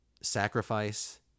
sacrifice